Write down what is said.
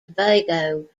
tobago